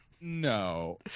no